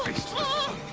slow?